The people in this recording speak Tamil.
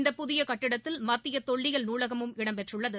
இந்த புதிய கட்டிடத்தில் மத்திய தொல்லியல் நூலகமும் இடம் பெற்றுள்ளது